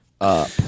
up